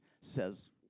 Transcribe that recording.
says